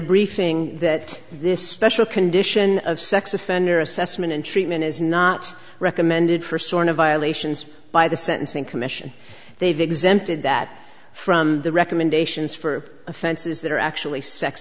briefing that this special condition of sex offender assessment and treatment is not recommended for sort of violations by the sentencing commission they've exempted that from the recommendations for offenses that are actually sex